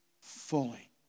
fully